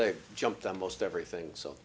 they jumped on most everything so